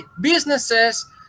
businesses